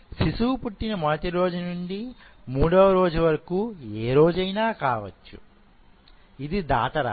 శిశువు పుట్టిన మొదటి రోజు నుండి మూడవ రోజు వరకు ఏ రోజైనా కావచ్చు ఇది దాటరాదు